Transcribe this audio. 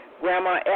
Grandma